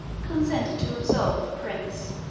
consented to absolve the prince,